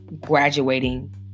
graduating